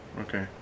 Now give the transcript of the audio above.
Okay